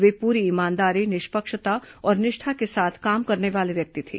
वे पूरी ईमानदारी निष्पक्षता और निष्ठा के साथ काम करने वाले व्यक्ति थे